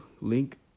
link